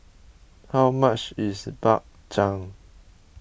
how much is Bak Chang